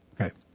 Okay